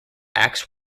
acts